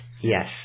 Yes